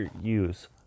use